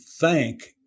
thank